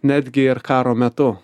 netgi ar karo metu